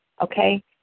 okay